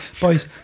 boys